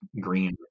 green